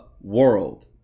world